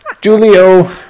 Julio